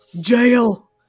Jail